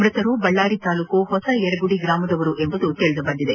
ಮೃತರೆಲ್ಲರೂ ಬಳ್ಳಾರಿ ತಾಲೂಕಿನ ಹೊಸ ಯರಗುಡಿ ಗ್ರಾಮದವರು ಎಂಬುದು ತಿಳಿದುಬಂದಿದೆ